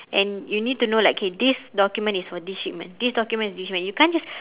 and you need to know like okay this document is for this shipment this document is this shipment you can't just